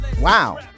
Wow